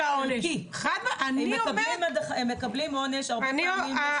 הרבה פעמים הם מקבלים עונש בבתי המשפט.